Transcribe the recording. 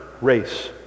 race